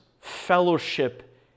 fellowship